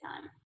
time